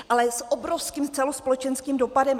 Ale s obrovským celospolečenským dopadem.